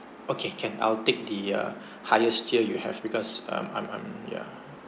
okay can I'll take the uh highest tier you have because um I'm I'm yeah